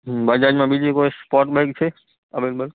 બજાજમાં બીજી કોઈ sport bike છે અવેલેબલ